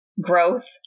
growth